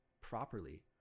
properly